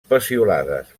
peciolades